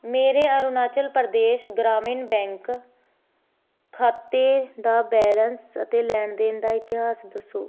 ਮੇਰੇ ਅਰੁਣਾਚਲ ਪ੍ਰਦੇਸ਼ ਗ੍ਰਾਮੀਣ ਬੈਂਕ ਖਾਤੇ ਦਾ ਬੈਲੰਸ ਅਤੇ ਲੈਣ ਦੇਣ ਦਾ ਇਤਿਹਾਸ ਦੱਸੋ